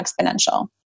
exponential